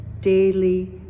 daily